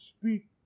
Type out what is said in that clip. speak